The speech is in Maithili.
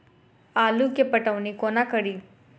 आलु केँ पटौनी कोना कड़ी?